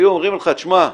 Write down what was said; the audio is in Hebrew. היו אומרים לך: תשמע,